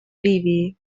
ливии